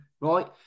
Right